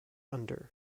under